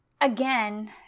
again